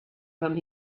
from